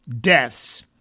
deaths